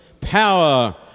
power